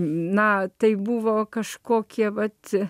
na taip buvo kažkokie vat